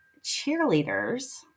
cheerleaders